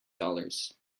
dollars